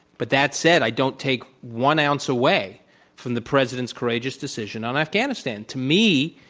but that said, i don't take one ounce away from the president's courageous decision on afghanistan. to me,